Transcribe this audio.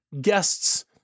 Guests